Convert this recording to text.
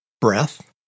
breath